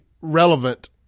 relevant